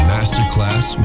Masterclass